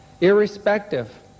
Irrespective